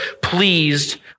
pleased